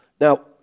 now